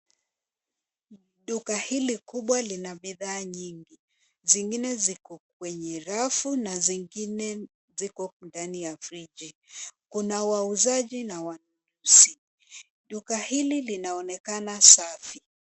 Duka hili kubwa lina bidhaa nyingi. Zingine ziko kwenye rafu na zingine ziko ndani ya friji. Kuna wauzaji na wanunuzi. Duka hili linaonekana safi.